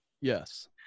Yes